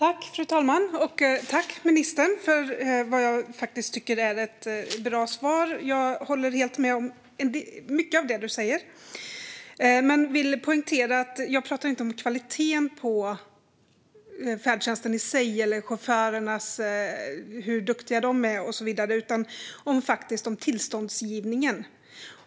Fru talman! Tack, ministern, för vad jag tycker är ett bra svar! Jag håller med om mycket av det som ministern säger men vill poängtera att jag inte talar om kvaliteten på färdtjänsten i sig, hur duktiga chaufförerna är och så vidare, utan jag talar om tillståndsgivningen.